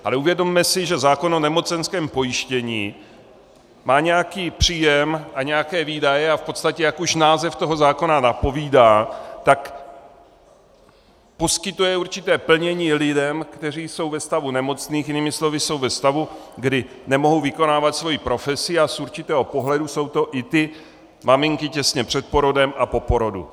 Ale uvědomme si, že zákon o nemocenském pojištění má nějaký příjem a nějaké výdaje a v podstatě, jak už název toho zákona napovídá, poskytuje určité plnění lidem, kteří jsou ve stavu nemocných, jinými slovy jsou ve stavu, kdy nemohou vykonávat svoji profesi, a z určitého pohledu jsou to i ty maminky těsně před porodem a po porodu.